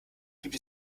gibt